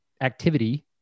activity